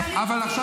זה מה שהיא מחפשת.